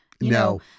No